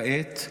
כעת,